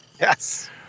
yes